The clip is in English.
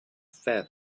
fair